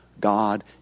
God